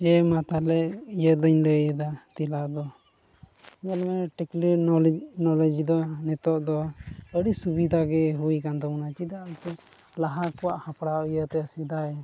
ᱦᱮᱸ ᱢᱟ ᱛᱟᱦᱚᱞᱮ ᱤᱭᱟᱹ ᱫᱚᱧ ᱞᱟᱹᱭᱫᱟ ᱛᱮᱞᱟ ᱫᱚ ᱧᱮᱞᱢᱮ ᱴᱮᱹᱠᱱᱤᱠᱮᱞ ᱱᱚᱞᱮᱡᱽ ᱱᱚᱞᱮᱡᱽ ᱫᱚ ᱱᱤᱛᱚᱜ ᱫᱚ ᱟᱹᱰᱤ ᱥᱩᱵᱤᱫᱟ ᱜᱮ ᱦᱩᱭ ᱠᱟᱱ ᱛᱟᱵᱚᱱᱟ ᱪᱮᱫᱟᱜ ᱥᱮ ᱞᱟᱦᱟ ᱠᱚᱣᱟᱜ ᱦᱟᱯᱲᱟᱜ ᱤᱭᱟᱹᱛᱮ ᱥᱮᱫᱟᱭ